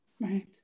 right